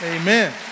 Amen